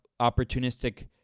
opportunistic